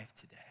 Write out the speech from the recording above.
today